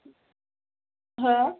हो